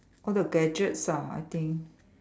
all the gadgets ah I think